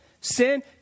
Sin